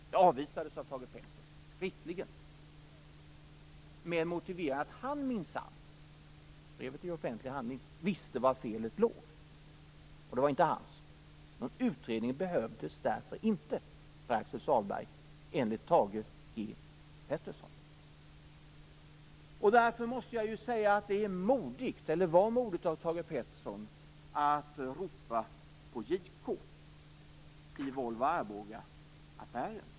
Det avvisades skriftligen av Thage Peterson - brevet är offentlig handling - med motiveringen att han minsann visste var felet låg, och det var inte hans. Någon utredning behövdes därför inte, Pär-Axel Därför måste jag säga att det var modigt av Thage Peterson att ropa på JK i Volvo-Arbogaaffären.